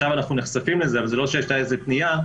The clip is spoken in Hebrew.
עכשיו אנחנו נחשפים לזה אבל זה לא שהייתה איזושהי פנייה.